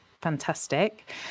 Fantastic